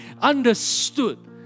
understood